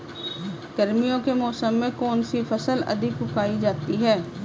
गर्मियों के मौसम में कौन सी फसल अधिक उगाई जाती है?